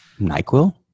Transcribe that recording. NyQuil